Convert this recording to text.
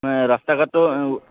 ৰাস্তা ঘাটটো